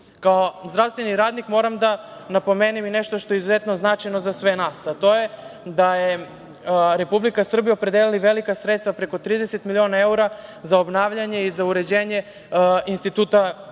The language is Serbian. zdravstveni radnik moram da napomenem i nešto što je izuzetno značajno za sve nas, a to je da je Republika Srbija opredelila velika sredstva, preko 30 miliona evra, za obnavljanje i za uređenje Instituta Torlak.